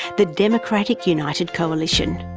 the democratic united coalition.